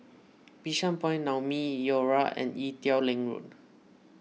Bishan Point Naumi Liora and Ee Teow Leng Road